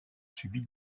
subi